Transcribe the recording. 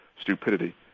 Stupidity